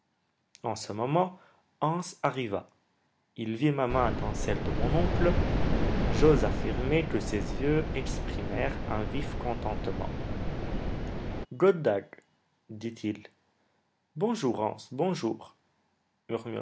en ce moment hans arriva il vit ma main dans celle de mon oncle j'ose affirmer que ses yeux exprimèrent un vif contentement god dag dit-il bonjour hans bonjour